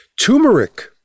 Turmeric